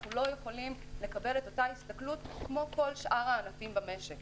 אנו לא יכולים לקבל אותה הסתכלות כמו כל שאר הענפים במשק.